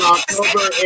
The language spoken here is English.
October